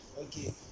Okay